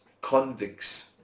convicts